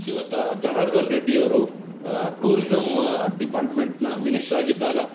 ಶ್ರೀಯುತ ಜನಾರ್ದನ್ ರೆಡ್ಡಿಯವರು ಟೂರಿಝಮ್ ಡಿಪಾರ್ಟ್ಮೆಂಟಿನ ಮಿನಿಷ್ಟ್ರ್ ಆಗಿದ್ದಾಗ